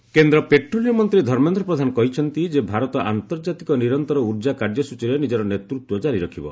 ପ୍ରଧାନ energy କେନ୍ଦ୍ର petroleum ମନ୍ତ୍ରୀ ଧର୍ମେନ୍ଦ୍ର ପ୍ରଧାନ କହିଛନ୍ତି ଯେ ଭାରତ ଆନ୍ତର୍ଜାତିକ ନିରନ୍ତର ଉର୍ଜା କାର୍ଯ୍ୟସୂଚୀରେ ନିଜର ନେତୃତ୍ୱ ଜାରି ରଖିବ